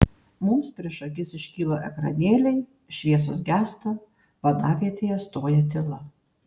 mums prieš akis iškyla ekranėliai šviesos gęsta vadavietėje stoja tyla